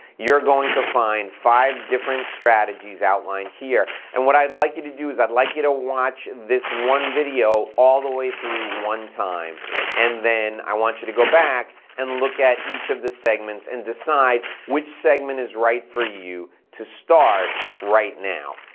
you're going to find five different strategies outlined here and what i'd like you to do is i'd like you to watch this one video all the way through one time and then i want you to go back and look at each of the segments and decide which segment is right for you to start right now.